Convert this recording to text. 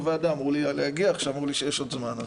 בוועדה אמרו לי להגיע, עכשיו אמרו שיש לי עוד זמן.